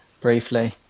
briefly